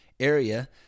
area